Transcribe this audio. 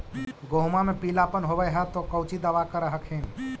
गोहुमा मे पिला अपन होबै ह तो कौची दबा कर हखिन?